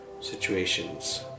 situations